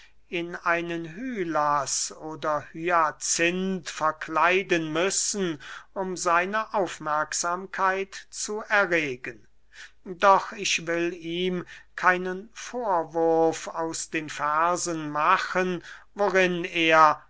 in einen hylas oder hyacinth verkleiden müssen um seine aufmerksamkeit zu erregen doch ich will ihm keinen vorwurf aus den versen machen worin er